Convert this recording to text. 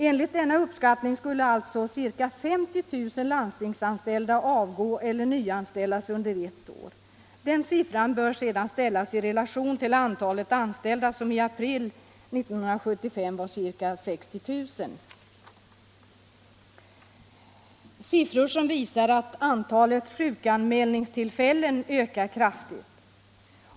Enligt denna uppskattning skulle alltså ca 50 000 landstingsanställda avgå eller nyanställas under ett år. Den siffran bör sedan ställas i relation till antalet anställda som i april 1975 var ca 60 000. Det finns siffror som visar att antalet sjukanmälningstillfällen ökar kraftigt.